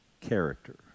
character